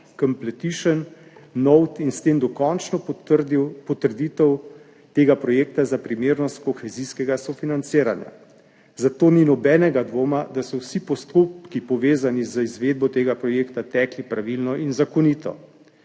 Completion Note in s tem dokončno potrdil potrditev tega projekta za primernost kohezijskega sofinanciranja. Zato ni nobenega dvoma, da so vsi postopki, povezani z izvedbo tega projekta, tekli pravilno in zakonito.